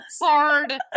hard